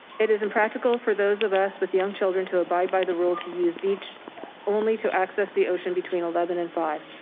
it is impractical for those of us with young children to abide by the rule to use beach only to access the ocean between eleven and five.